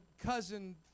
cousin